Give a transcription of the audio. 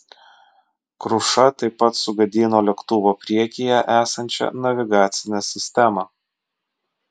kruša taip pat sugadino lėktuvo priekyje esančią navigacinę sistemą